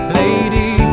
lady